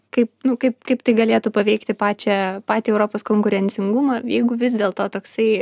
kaip nu kaip kaip tai galėtų paveikti pačią patį europos konkurencingumą jeigu vis dėlto toksai